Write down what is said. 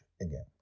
again